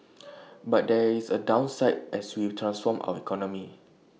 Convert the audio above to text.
but there is A downsides as we transform our economy